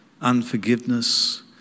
unforgiveness